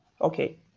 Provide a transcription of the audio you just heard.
okay